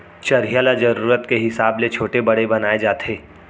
चरिहा ल जरूरत के हिसाब ले छोटे बड़े बनाए जाथे